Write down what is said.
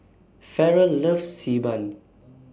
Ferrell loves Xi Ban